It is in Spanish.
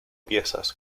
piezas